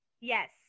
Yes